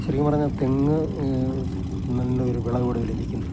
ശെരിക്കും പറഞ്ഞാൽ തെങ്ങ് നല്ലൊരു വിളവ് ലഭിക്കുന്നില്ല